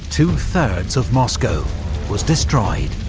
two-thirds of moscow was destroyed.